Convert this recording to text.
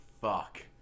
Fuck